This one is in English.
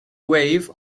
wave